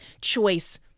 choice